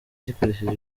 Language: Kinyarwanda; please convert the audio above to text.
gikoresheje